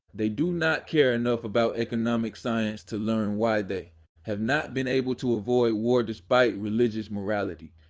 they do not care enough about economic science to learn why they have not been able to avoid war despite religious morality,